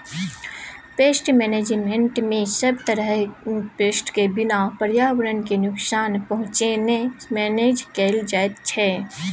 pest मेनेजमेन्टमे सब तरहक पेस्ट केँ बिना पर्यावरण केँ नुकसान पहुँचेने मेनेज कएल जाइत छै